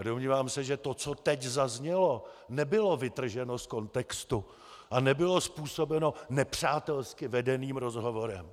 Domnívám se, že to, co teď zaznělo, nebylo vytrženo z kontextu a nebylo způsobeno nepřátelsky vedeným rozhovorem.